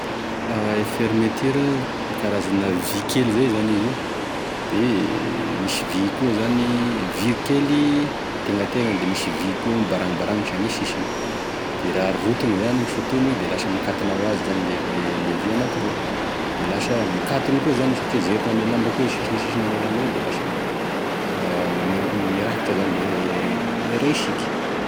E fermeture, da karazana vy kely zay zany izy io, de misy vy koa zany vy kely antegnategnany, de misy vy koa mibarangobarangotry ame sisiny da raha roroty zany igny sintogniny igny de lasa mikatony hoazy zany le v- le vy anakiroa de lasa mikatona koa zany izy satria zerigny ame lamba koa e sisiny sisiny ame lamb de lasa fa mirakotry zany le raha hisiky, zay zany e fahafantarako enazy.